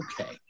okay